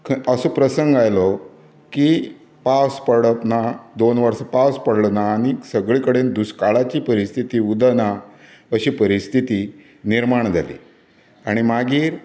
खंय असो प्रसंग आयलो की पावस पडप ना दोन वर्सां पावस पडलो ना आनी सगळें कडेन दुश्काळाची परिस्थिती उदक ना अशी परिस्थिती निर्माण जाली आनी मागीर